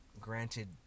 Granted